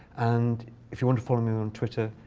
and if you want to follow me on twitter,